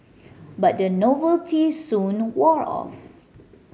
but the novelty soon wore off